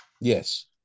Yes